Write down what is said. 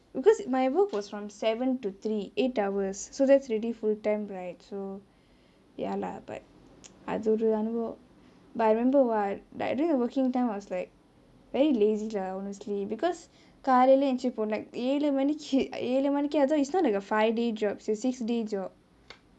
because my work was from seven to three eight hours so that's already full time right so ya lah but அது ஒரு அனுபவம்:athu oru anubavam but I remember !wah! during working time I was like very lazy lah honestly because காலைலே எந்திரிச்சி போனும்:kaalaile enthirichi ponum like ஏழு மணிக்கு ஏழு மணிக்கு அதுவும்:ezhu manikku ezhu manikku athuvum it's not like a five day job it's a six day job